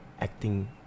acting